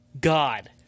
God